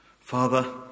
Father